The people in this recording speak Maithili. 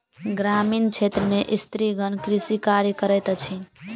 ग्रामीण क्षेत्र में स्त्रीगण कृषि कार्य करैत अछि